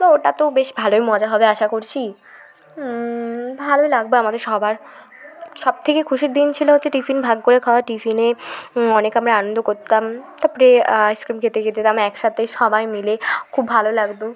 তো ওটা তো বেশ ভালোই মজা হবে আশা করছি ভালো লাগবে আমাদের সবার সব থেকে খুশির দিন ছিলো হচ্ছে টিফিন ভাগ করে খাওয়া টিফিনে অনেক আমরা আনন্দ করতাম তাপরে আইসক্রিম খেতে খেতাম একসাথে সবাই মিলে খুব ভালো লাগতো